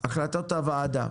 החלטות הוועדה,